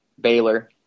Baylor